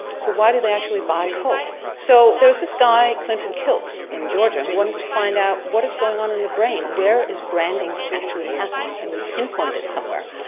so why do they actually buy coke? so there's this guy clinton kilts in georgia who wanted to find out what is going on in the brain, where is branding actually happening, can we pinpoint it somewhere?